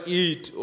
eat